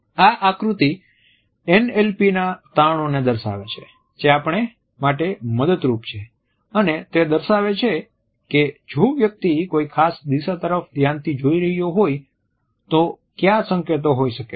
આ આકૃતિ NLP ના તારણોને દર્શાવે છે જે આપણે માટે મદદરૂપ છે અને તે દર્શાવે છે કે જો વ્યક્તિ કોઈ ખાસ દિશા તરફ ધ્યાનથી જોઈ રહ્યો હોય તો કયા સંકેતો હોઈ શકે છે